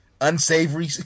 unsavory